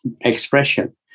expression